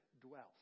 dwells